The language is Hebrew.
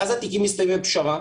ואז התיקים מסתיימים בפשרה.